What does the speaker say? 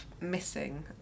missing